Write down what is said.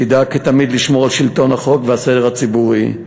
שתדאג תמיד לשמור על שלטון החוק והסדר הציבורי,